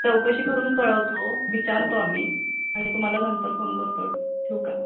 चौकशी करून कळवतो विचारतो आम्ही आणि तुम्हाला नंतर फोन करतो ठेवू का